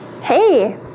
Hey